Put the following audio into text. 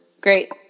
Great